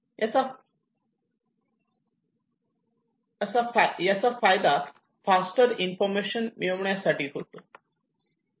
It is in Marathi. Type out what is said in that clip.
याचा फायदा फास्टर इन्फॉर्मेशन मिळवण्यासाठी होतो